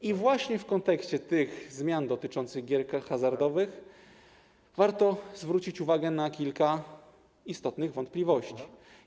I właśnie w kontekście zmian dotyczących gier hazardowych warto zwrócić uwagę na kilka istotnych wątpliwości.